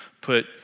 put